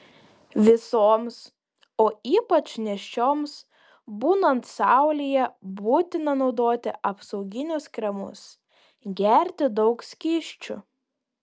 visoms o ypač nėščioms būnant saulėje būtina naudoti apsauginius kremus gerti daug skysčių